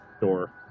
door